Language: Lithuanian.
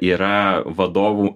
yra vadovų